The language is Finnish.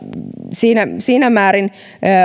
siinä siinä määrin